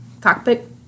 cockpit